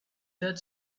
that